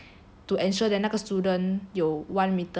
to ensure that 那个 student 有 one meter gap